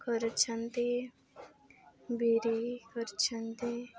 କରୁଛନ୍ତି ବିରି କରିଛନ୍ତି